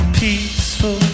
peaceful